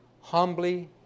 humbly